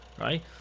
right